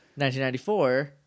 1994